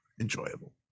enjoyable